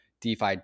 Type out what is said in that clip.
DeFi